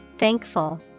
Thankful